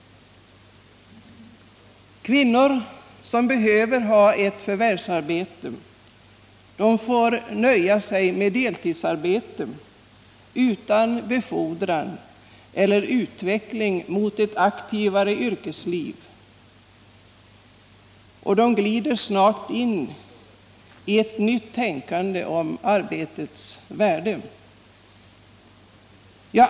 Kvinnor som behöver ha ett förvärvsarbete får nöja sig med ett deltidsarbete utan befordran och utveckling mot ett aktivare yrkesliv. Och de glider snart in i ett nytt tänkande om arbetets värde.